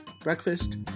breakfast